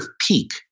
peak